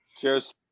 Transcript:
Cheers